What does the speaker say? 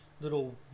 little